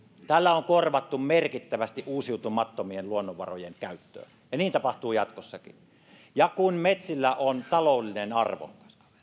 tällä on korvattu merkittävästi uusiutumattomien luonnonvarojen käyttöä ja niin tapahtuu jatkossakin kun metsillä on taloudellinen arvo